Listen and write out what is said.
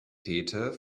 theatre